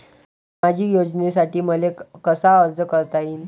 सामाजिक योजनेसाठी मले कसा अर्ज करता येईन?